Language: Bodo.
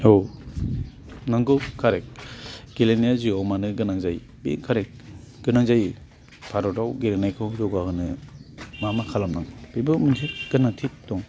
औ नंगौ कारेक्ट गेलेनाया जिउआव मानो गोनां जायो बे कारेक्ट गोनां जायो भारतआव गेलेनायखौ जौगाहोनो मा मा खालामनांगौ बेबो मोनसे गोनांथि दं